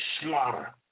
slaughter